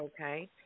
Okay